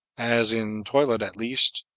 as, in toilet at least,